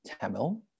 Tamil